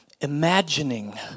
imagining